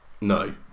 No